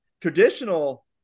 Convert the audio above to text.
traditional